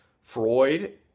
Freud